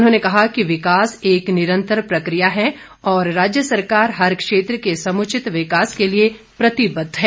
उन्होंने कहा कि विकास एक निरंतर प्रकिया है और राज्य सरकार हर क्षेत्र के समुचित विकास के लिए प्रतिबद्ध है